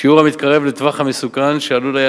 שיעור המתקרב לטווח המסוכן שעלול היה